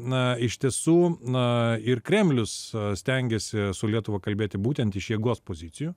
na iš tiesų na ir kremlius stengėsi su lietuva kalbėti būtent iš jėgos pozicijų